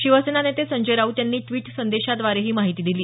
शिवसेना नेते संजय राऊत यांनी ड्विट संदेशाद्वारे ही माहिती दिली